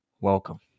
welcome